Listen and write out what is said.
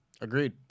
Agreed